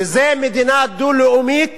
וזה מדינה דו-לאומית